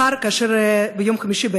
ביום חמישי,